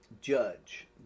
judge